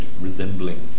resembling